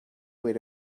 where